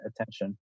attention